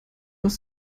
aus